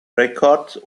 records